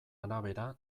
arabera